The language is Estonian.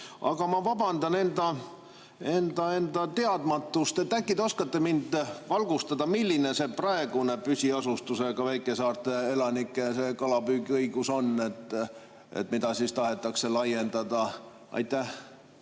Aga ma vabandan enda teadmatust. Äkki te oskate mind valgustada, milline on praegune püsiasustusega väikesaarte elanike kalapüügiõigus, mida tahetakse laiendada? Aitäh,